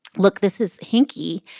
look, this is hinky.